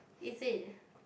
is it